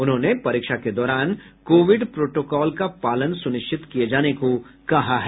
उन्होंने परीक्षा के दौरान कोविड प्रोटोकॉल का पालन सुनिश्चित किये जाने को कहा है